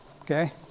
Okay